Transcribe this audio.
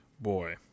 Boy